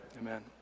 amen